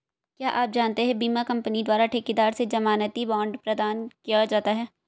क्या आप जानते है बीमा कंपनी द्वारा ठेकेदार से ज़मानती बॉण्ड प्रदान किया जाता है?